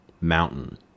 mountain